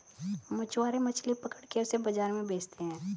मछुआरे मछली पकड़ के उसे बाजार में बेचते है